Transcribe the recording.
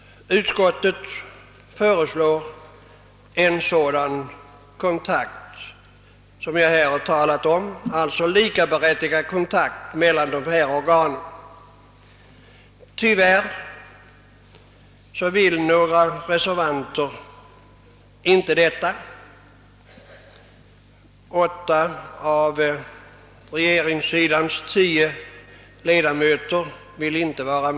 Utskottet föreslår en sådan kontakt som jag här talat om, d. v. s. en likaberättigad kontakt mellan dessa organ. Tyvärr vill några reservanter inte detta. Åtta av regeringssidans tio ledamöter önskar inte gå med härpå.